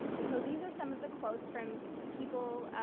and so these are some of the quotes from people,